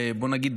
בוא נגיד,